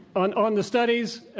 on on the studies,